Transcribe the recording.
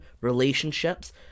relationships